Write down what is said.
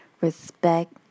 respect